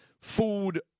food